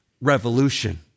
revolution